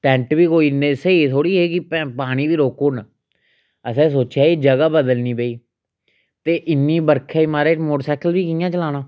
tent बी कोई इन्ने स्हेई थोह्ड़ी हे की भैं पानी बी रोकुड़न असें सोचेआ एह् जगह् बदलनी पेई ते इन्नी बरखै च महाराज मोटरसाईकल बी कियां चलाना